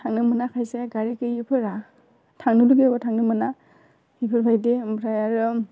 थांनो मोना खायसे गारि गैयैफोरा थांनो लुबैबाबो थांनो मोना इफोरबायदि ओमफ्राय आरो